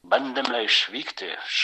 bandėme išvykti